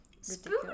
Spoon